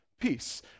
peace